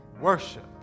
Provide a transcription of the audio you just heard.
worship